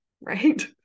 right